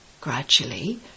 Gradually